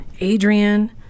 Adrian